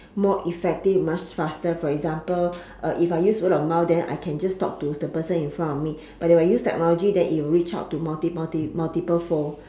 more effective much faster for example if I use word of mouth then I can just talk to the person in front of me but if I use technology then it will reach out to multi multi multiple phone